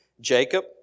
Jacob